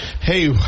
Hey